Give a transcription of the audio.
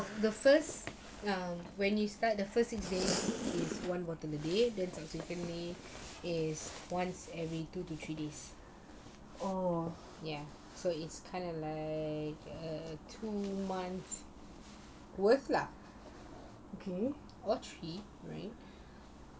the first when you start the first six days is one bottle a day then subsequently it's once every two to three days yes so it's kinda like a two month worth lah or three right